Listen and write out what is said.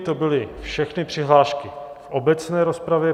To byly všechny přihlášky v obecné rozpravě.